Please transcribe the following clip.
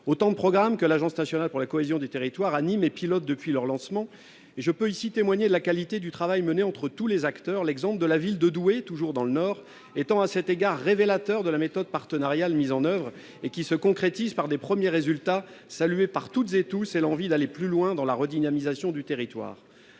Autant de programmes que l'Agence nationale de la cohésion des territoires (ANCT) anime et pilote depuis leur lancement. Je puis ici témoigner de la qualité du travail mené par tous les acteurs. L'exemple de la ville de Douai, toujours dans le Nord, est à cet égard révélateur de la méthode partenariale mise en oeuvre, qui se concrétise par de premiers résultats salués par toutes et tous et par l'envie d'aller plus loin dans la redynamisation du territoire.